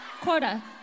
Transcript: quota